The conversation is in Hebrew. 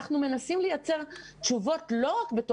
אנחנו מנסים לייצר פתרונות לא רק במסגרת